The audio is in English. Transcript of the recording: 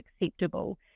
acceptable